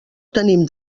tenim